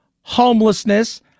homelessness